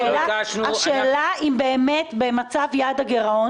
השאלה היא אם לנוכח יעד הגירעון